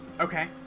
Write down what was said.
Okay